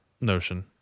notion